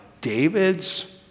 David's